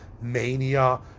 mania